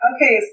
Okay